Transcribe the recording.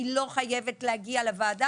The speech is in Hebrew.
היא לא חייבת להגיע לוועדה.